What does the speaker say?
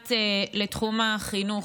הנוגעת לתחום החינוך,